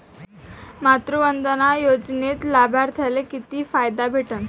मातृवंदना योजनेत लाभार्थ्याले किती फायदा भेटन?